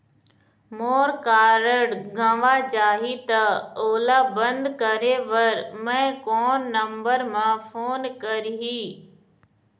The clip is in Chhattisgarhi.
मोर कारड गंवा जाही त ओला बंद करें बर मैं कोन नंबर म फोन करिह?